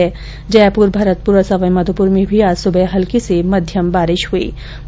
इधर जयपुर भरतपुर और सवाईमाघोपुर में भी आज सुबह हल्की से मध्यम बारिश हुईं